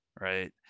right